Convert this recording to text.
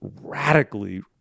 radically